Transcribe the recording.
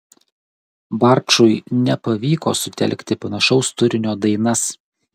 barčui nepavyko sutelkti panašaus turinio dainas